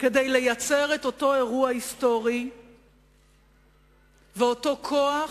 כדי לייצר את אותו אירוע היסטורי ואותו כוח,